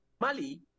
Mali